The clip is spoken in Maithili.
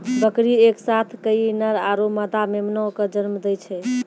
बकरी एक साथ कई नर आरो मादा मेमना कॅ जन्म दै छै